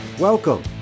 Welcome